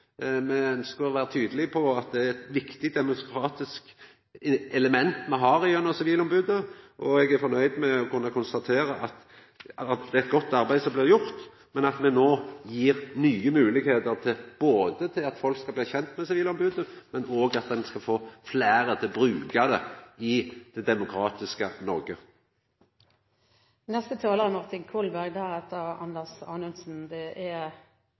Me ønskjer å vera tydelege på at det er eit viktig demokratisk element me har gjennom sivilombodet. Eg er fornøgd med å kunna konstatera at det er eit godt arbeid som blir gjort, men at me no gjev nye moglegheiter både for at folk skal bli kjende med sivilombodet, og at ein skal få fleire til å bruka det i det demokratiske Noreg. Det er,